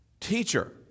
Teacher